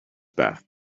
beth